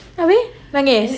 abeh nangis